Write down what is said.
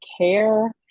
care